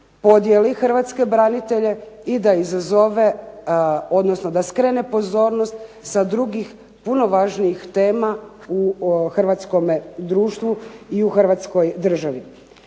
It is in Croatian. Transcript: podijeli hrvatske branitelje i da izazove, odnosno da skrene pozornost sa drugih puno važnijih tema u hrvatskome društvu i u hrvatskoj državi.